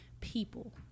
people